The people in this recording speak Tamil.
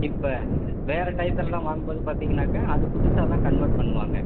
இப்போ வேறு டைத்துலலாம் வாங்கும்போது பார்த்தீங்கன்னாக்கா அது புதுசாக தான் கன்வெர்ட் பண்ணுவாங்க